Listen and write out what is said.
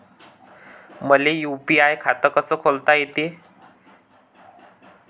मले यू.पी.आय खातं कस खोलता येते?